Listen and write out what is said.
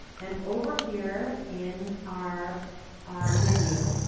and over here in our our menu,